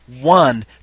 one